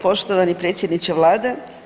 Poštovani predsjedniče vlade.